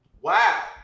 Wow